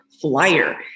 flyer